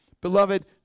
Beloved